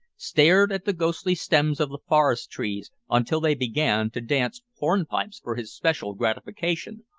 stared at the ghostly stems of the forest-trees until they began to dance hornpipes for his special gratification,